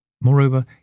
Moreover